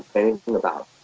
anything about.